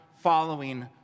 following